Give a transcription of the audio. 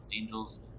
Angel's